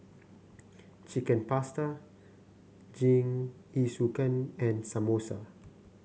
Chicken Pasta Jingisukan and Samosa